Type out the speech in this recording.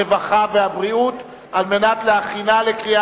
הרווחה והבריאות נתקבלה.